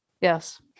Yes